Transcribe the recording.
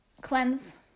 Cleanse